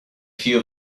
few